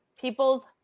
People's